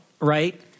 right